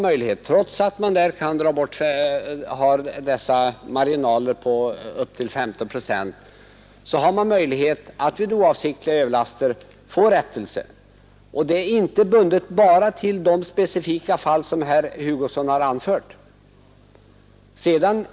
Fastän man där har en marginal på upptill 15 procent har man ändå möjlighet att få rättelse vid oavsiktliga överlaster. Och det är inte bara bundet till de specifika fall som herr Hugosson här nämnt.